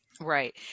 Right